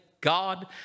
God